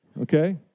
okay